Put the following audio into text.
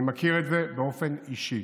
אני מכיר את זה באופן אישי.